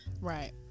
right